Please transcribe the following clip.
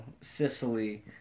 Sicily